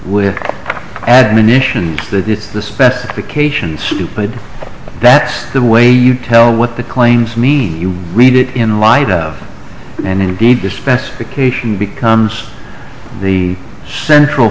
with admonition that it's the specification stupid that's the way you tell what the claims mean you read it in writing and indeed the specification becomes the central